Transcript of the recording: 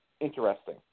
interesting